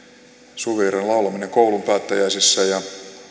suvivirren laulaminen koulun päättäjäisissä ja